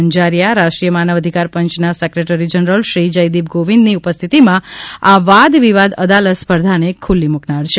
અંજારીયા રાષ્ટ્રીય માનવ અધિકાર પંચના સેક્રેટરી જનરલ શ્રી જયદિપ ગોવિંદની ઉપસ્થિતિમાં આ વાદ વિવાદ અદાલત સ્પર્ધાને ખુલ્લી મુકનાર છે